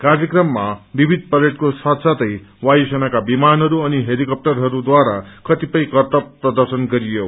कार्यक्रममा विविध परेडको साथसाथै वायु सेनाका विमानहरू अनि हेलिकप्टरहरूद्वारा कतिपय करतब प्रर्दशन गरियो